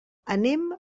anem